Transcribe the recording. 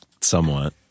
somewhat